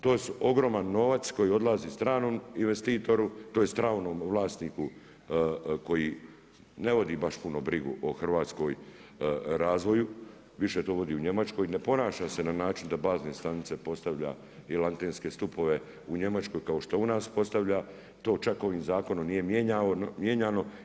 To su ogroman novac koji odlazi stranom investitoru, tj. stranom vlasniku koji ne vodi baš brigu o hrvatskom razvoju, više to vodi u Njemačkoj, ne ponaša se na način da bazne stanice postavlja ili antenske stupove u Njemačkoj, kao što u nas postavlja, to čak ovim zakonom nije mijenjano.